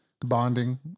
bonding